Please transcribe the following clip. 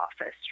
office